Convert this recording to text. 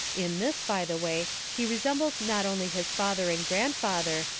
in this, by the way, he resembled not only his father and grandfather,